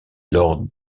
lors